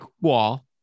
wall